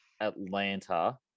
Atlanta